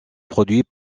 produit